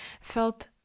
felt